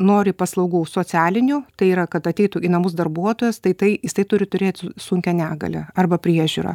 nori paslaugų socialinių tai yra kad ateitų į namus darbuotojas tai tai jisai turi turėt sunkią negalią arba priežiūrą